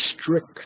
strict